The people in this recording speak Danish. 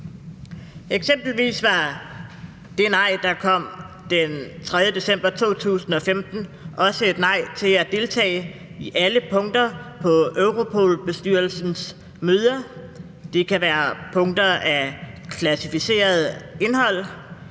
Eksempelvis var det nej, der kom den 3. december 2015, også et nej til at deltage i alle punkter på Europol-bestyrelsens møder. Det kan være punkter med klassificeret indhold.